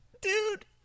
dude